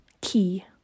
key